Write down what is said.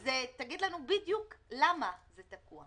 אז תגיד לנו בדיוק למה זה תקוע.